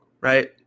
right